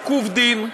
עיכוב דין למשפחות,